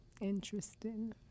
Interesting